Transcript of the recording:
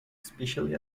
especially